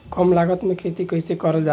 कम लागत में खेती कइसे कइल जाला?